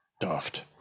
daft